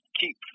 keep